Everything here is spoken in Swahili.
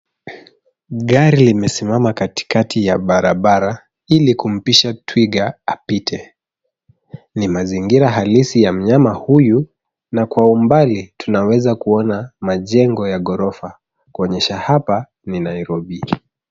Gari limesimama katikati ya barabara ili kumpisha twiga apite. Ni mazingira halisi ya mnyama huyu na kwa umbali tunaweza kuona majengo ya ghorofa, kuonyesha hapa ni Nairobi.